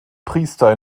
priester